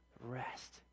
rest